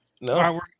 no